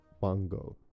Bongo